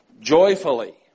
joyfully